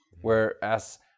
Whereas